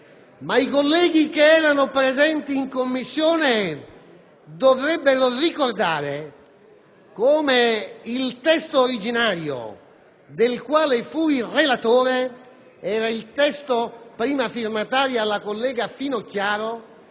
Ma i colleghi che erano presenti in Commissione dovrebbero ricordare come il testo originario, del quale fui relatore, era quello, a prima firma della collega Finocchiaro,